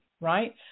right